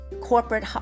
corporate